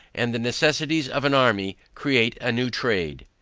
and the necessities of an army create a new trade.